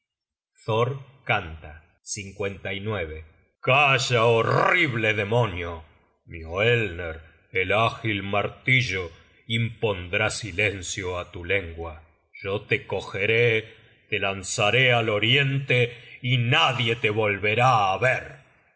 canta calla horrible demonio mioelner el ágil martillo impondrá silencio á tu lengua yo te cogeré te lanzaré al oriente y nadie te volverá á ver